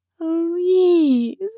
Please